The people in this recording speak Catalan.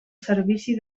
servici